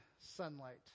sunlight